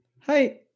Hi